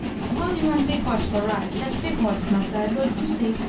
suppose you want big horse for ride, catch big horse, massa edward, you see.